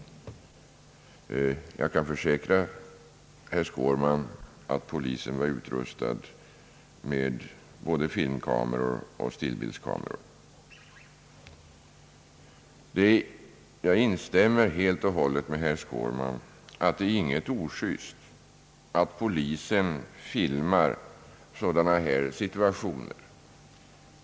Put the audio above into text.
Jag kan försäkra herr Skårman att polisen var utrustad med både filmkameror och stillbildskameror. Jag håller helt och hållet med herr Skårman om att det inte är ojust att polisen filmar sådana här situationer.